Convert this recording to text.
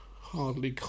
hardly